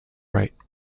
right